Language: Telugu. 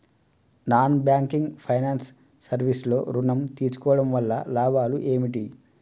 నాన్ బ్యాంకింగ్ ఫైనాన్స్ సర్వీస్ లో ఋణం తీసుకోవడం వల్ల లాభాలు ఏమిటి?